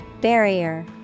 Barrier